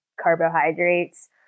carbohydrates